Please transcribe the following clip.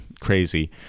crazy